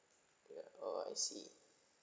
yeah oh I see